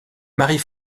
marie